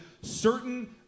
certain